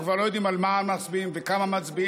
אנחנו כבר לא יודעים על מה מצביעים וכמה מצביעים,